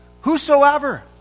Whosoever